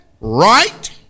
right